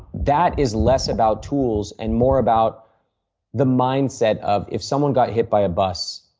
that is less about tools and more about the mindset of if someone got hit by a bus,